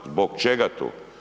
Zbog čega to?